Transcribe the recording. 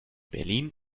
berlin